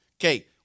Okay